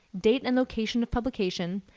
date and location of publication,